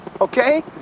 okay